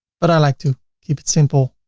but i like to keep it simple.